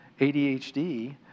ADHD